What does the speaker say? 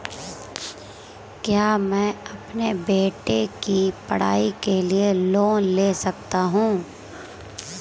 क्या मैं अपने बेटे की पढ़ाई के लिए लोंन ले सकता हूं?